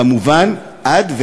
כמובן עד,